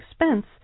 expense